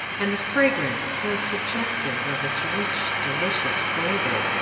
and the fragrance, so suggestive of its rich, delicious flavor,